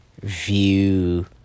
view